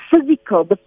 physical